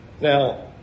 Now